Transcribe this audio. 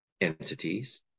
entities